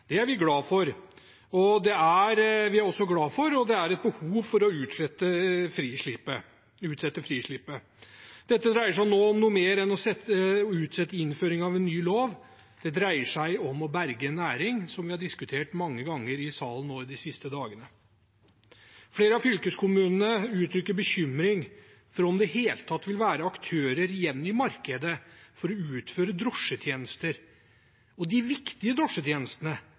Det er vi glad for. Det er behov for å utsette frislippet. Dette dreier seg nå om noe mer enn å utsette innføringen av en ny lov. Dette dreier seg om å berge en næring, som vi har diskutert mange ganger i salen de siste dagene. Flere av fylkeskommunene uttrykker bekymring for om det i det hele tatt vil være aktører igjen i markedet til å utføre drosjetjenester og de viktige drosjetjenestene: